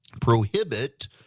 prohibit